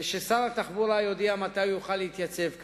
ושר התחבורה יודיע מתי הוא יוכל להתייצב כאן.